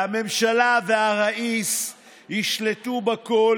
והממשלה והראיס ישלטו בכול,